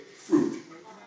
fruit